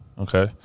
okay